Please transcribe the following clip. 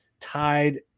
tied